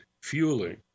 fueling